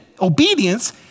obedience